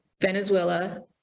venezuela